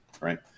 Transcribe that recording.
right